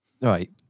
right